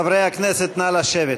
חברי הכנסת, נא לשבת.